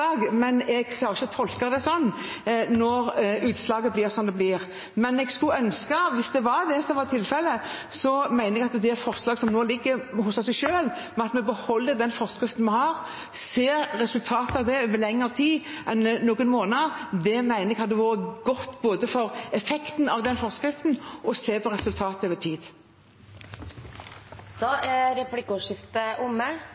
men jeg klarer ikke å tolke det sånn når utslaget blir som det blir. Men jeg skulle ønske, hvis det er det som var tilfellet – med det forslaget som nå foreligger – at vi beholder den forskriften vi har, og ser resultatet av det over lengre tid enn noen måneder. Det mener jeg hadde vært godt for effekten av forskriften: å se på resultatet over tid. Replikkordskiftet er omme.